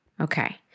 Okay